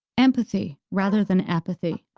empathy rather than apathy,